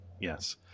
yes